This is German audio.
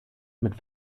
mit